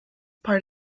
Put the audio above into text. part